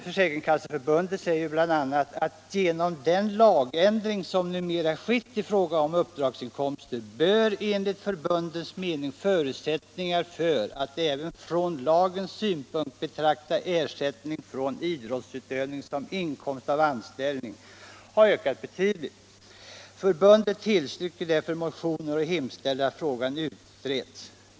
Försäkringskasseförbundet säger bl.a., att genom den lagändring som numera skett i fråga om uppdragsinkomster bör enligt förbundets mening förutsättningarna för att även från lagens synpunkt kunna betrakta ersättning från idrottsutövning som inkomst av anställning ha ökat betydligt. Förbundet tillstyrker därför motionen och hemställer att frågan utreds.